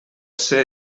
ser